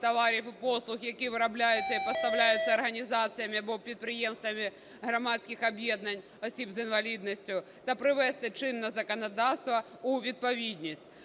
товарів і послуг, які виробляються і поставляються організаціями або підприємствами громадських об'єднань осіб з інвалідністю та привести чинне законодавство у відповідність.